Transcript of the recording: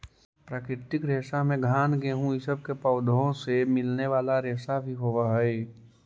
प्राकृतिक रेशा में घान गेहूँ इ सब के पौधों से मिलने वाले रेशा भी होवेऽ हई